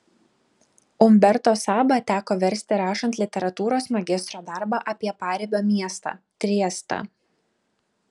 umberto sabą teko versti rašant literatūros magistro darbą apie paribio miestą triestą